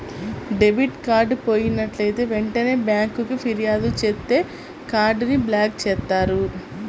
debit card పోయినట్లైతే వెంటనే బ్యేంకుకి ఫిర్యాదు చేత్తే కార్డ్ ని బ్లాక్ చేత్తారు